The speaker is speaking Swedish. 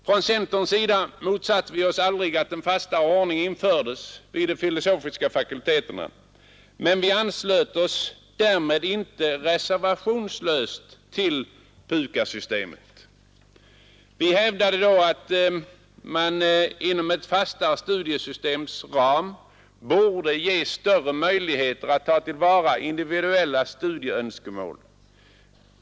Från centerns sida motsatte vi oss aldrig att en fastare ordning infördes vid de filosofiska fakulteterna, men vi anslöt oss därmed inte reservationslöst till PUKAS-systemet. Vi hävdade då att man inom ett fastare studiesystems ram borde ge större möjligheter att ta till vara individuella studieönskemål.